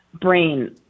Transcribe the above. brain